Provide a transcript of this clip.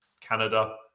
Canada